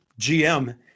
GM